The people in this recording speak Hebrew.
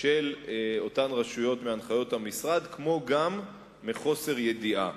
של אותן רשויות מהנחיות המשרד וגם מחוסר ידיעה.